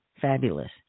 fabulous